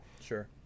Sure